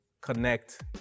connect